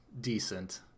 decent